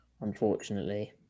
unfortunately